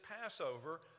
passover